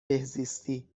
بهزیستی